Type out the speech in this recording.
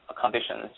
conditions